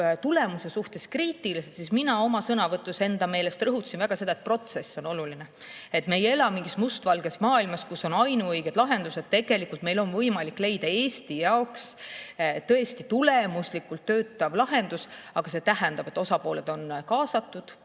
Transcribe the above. tulemuse suhtes kriitilised, mina oma sõnavõtus enda meelest rõhutasin väga seda, et protsess on oluline. Me ei ela mingis mustvalges maailmas, kus on ainuõiged lahendused. Tegelikult on meil võimalik leida Eesti jaoks tõesti tulemuslikult töötav lahendus, aga see tähendab, et osapooled on kaasatud,